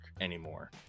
anymore